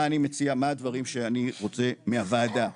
מה אני מציע, מה הדברים שאני רוצה מהוועדה?